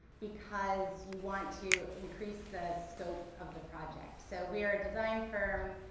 because you want to increase the scope of the project. so, we're a design firm,